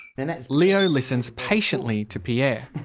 and leo listens patiently to pierre.